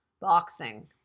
boxing